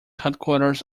headquarters